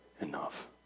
enough